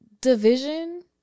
division